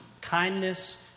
kindness